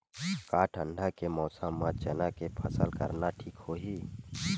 का ठंडा के मौसम म चना के फसल करना ठीक होही?